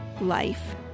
life